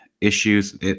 issues